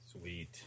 Sweet